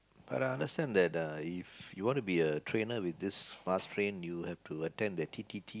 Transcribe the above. but I understand that uh if you wanna be a trainer with this Mars Train you have to attend their T_T_T